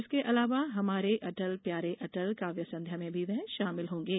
इसके अलावा हमारे अटल प्यारे अटल काव्य संध्या में भी शामिल होंगे